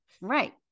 Right